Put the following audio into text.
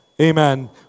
Amen